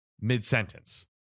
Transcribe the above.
mid-sentence